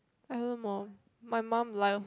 i don't know my mum like